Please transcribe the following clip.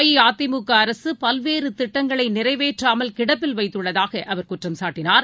அஇஅதிமுகஅரசுபல்வேறுதிட்டங்களைநிறைவேற்றாமல் கிடப்பில் வைத்துள்ளதாகஅவர் குற்றம் சாட்டினார்